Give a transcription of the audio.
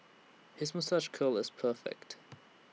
his moustache curl is perfect